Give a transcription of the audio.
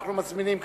אנחנו מזמינים,